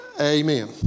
Amen